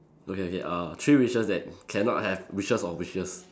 okay okay err three wishes that cannot have wishes or wishes